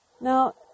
Now